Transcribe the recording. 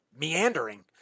meandering